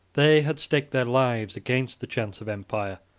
they had staked their lives against the chance of empire,